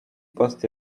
post